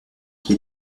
qui